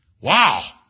Wow